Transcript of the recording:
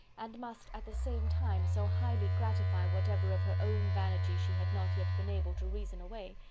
and must, at the same time, so highly gratify whatever of her own vanity she had not yet been able to reason away,